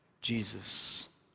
Jesus